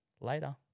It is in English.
later